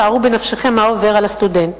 שערו בנפשכם מה עובר על הסטודנט.